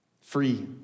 free